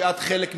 שאת חלק ממנה,